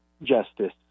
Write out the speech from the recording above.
justice